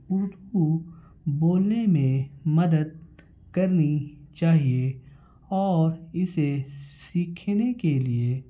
اردو بولنے میں مدد کرنی چاہیے اور اسے سیکھنے کے لیے